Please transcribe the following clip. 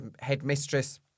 headmistress